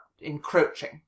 encroaching